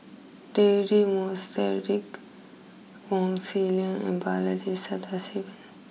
Deirdre Moss Derek Wong Zi Liang and Balaji Sadasivan